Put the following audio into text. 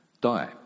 die